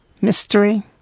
mystery